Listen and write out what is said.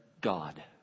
God